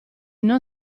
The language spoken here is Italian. non